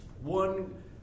one